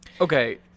Okay